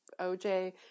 OJ